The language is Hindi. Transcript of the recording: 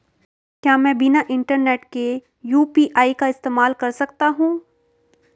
क्या मैं बिना इंटरनेट के यू.पी.आई का इस्तेमाल कर सकता हूं?